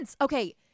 okay